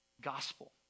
Gospel